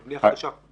בבנייה חדשה.